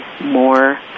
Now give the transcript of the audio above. more